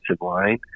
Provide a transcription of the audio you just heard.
line